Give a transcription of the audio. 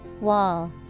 Wall